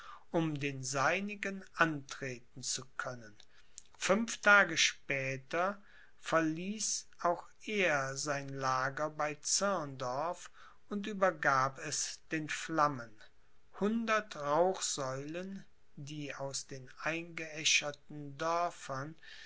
um den seinigen antreten zu können fünf tage später verließ auch er sein lager bei zirndorf und übergab es den flammen hundert rauchsäulen die aus den eingeäscherten dörfern